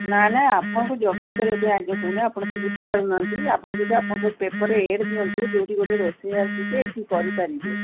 ନା ନା ଆପଣଙ୍କୁ ଯୋଗାଡ଼ କରିବା ପାଇଁ ଆଜ୍ଞା କହୁନି ଆପଣ ତ ବୁଝିପାରୁନାହାନ୍ତି ଆପଣଙ୍କୁ କହୁଛି ଆପଣଙ୍କ ପେପର୍ରେ ଏଡ଼୍ ଦିଅନ୍ତୁ ଯେଉଁଠି ଗୋଟେ ରୋଷେଇ ଆସିକି ଏଇଠି କରିପାରିବେ